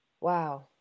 Wow